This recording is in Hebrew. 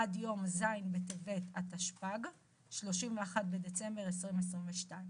עד יום ז' בטבת התשפ"ג (31 בדצמבר 2022)."